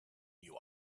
you